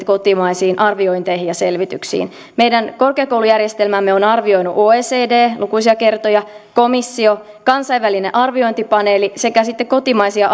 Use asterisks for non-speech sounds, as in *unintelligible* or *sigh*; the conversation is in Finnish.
*unintelligible* kotimaisiin arviointeihin ja selvityksiin meidän korkeakoulujärjestelmäämme on arvioinut oecd lukuisia kertoja komissio kansainvälinen arviointipaneeli sekä sitten on kotimaisia *unintelligible*